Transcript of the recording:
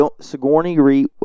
Sigourney